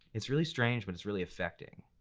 it's really strange, but it's really affecting.